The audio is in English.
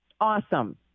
awesome